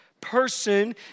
Person